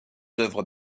œuvres